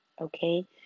okay